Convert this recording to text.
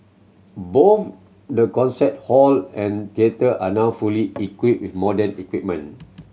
both the concert hall and theatre are now fully equipped modern equipment